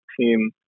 team